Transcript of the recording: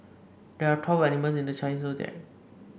there are twelve animals in the Chinese Zodiac